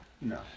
No